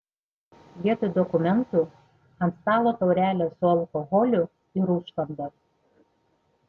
vietoj dokumentų ant stalo taurelės su alkoholiu ir užkanda